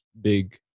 big